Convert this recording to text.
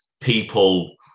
people